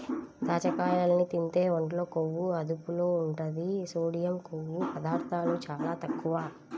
దాచ్చకాయల్ని తింటే ఒంట్లో కొవ్వు అదుపులో ఉంటది, సోడియం, కొవ్వు పదార్ధాలు చాలా తక్కువ